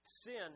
sin